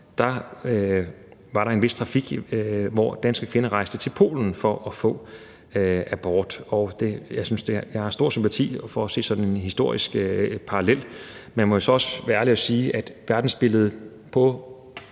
havde en vis trafik, hvor danske kvinder rejste til Polen for at få abort. Jeg har stor sympati for at se sådan en historisk parallel, men må så også være ærlig og sige, at verden jo på